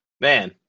man